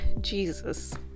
Jesus